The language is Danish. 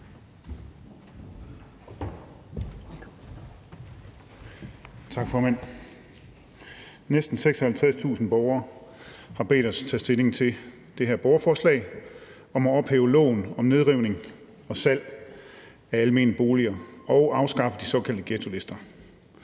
Næsten 56.000 borgere har bedt os tage stilling til det her borgerforslag om at ophæve loven om nedrivning og salg af almene boliger og afskaffe de såkaldte ghettolister.